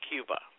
Cuba